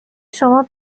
شما